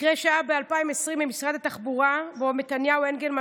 במקרה שהיה ב-2020 עם משרד התחבורה החליט מתניהו אנגלמן,